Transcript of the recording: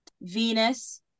Venus